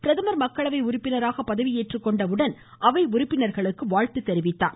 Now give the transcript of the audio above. பிரதமர் மக்களவை உறுப்பினராக பதவி ஏற்றுக்கொண்ட உடன் அவை உறுப்பினர்களுக்கு வாழ்த்து தெரிவித்தார்